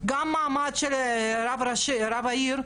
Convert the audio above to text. גם המעמד של רב עיר,